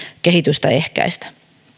kehitystä ehkäistä